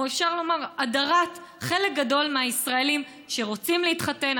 או אפשר לומר להדרת חלק גדול מהישראלים שרוצים להתחתן.